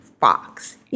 fox